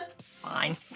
Fine